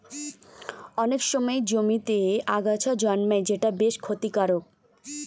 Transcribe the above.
অনেক সময় জমিতে আগাছা জন্মায় যেটা বেশ ক্ষতিকারক